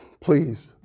please